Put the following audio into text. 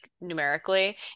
numerically